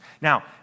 Now